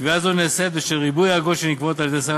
קביעה זו נעשית בשל ריבוי אגרות שנקבעות על-ידי שר